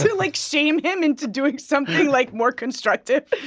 like, shame him into doing something, like, more constructive.